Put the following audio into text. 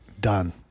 done